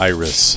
Iris